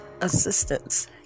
assistance